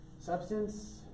substance